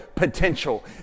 potential